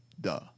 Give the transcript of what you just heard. Duh